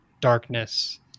darkness